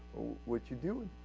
which you do